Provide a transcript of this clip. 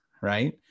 right